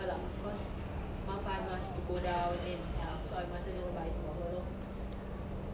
but tak salah your area semua dekat dekat jer kan